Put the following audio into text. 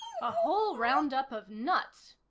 a whole roundup of nuts,